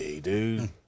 dude